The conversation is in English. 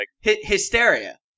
Hysteria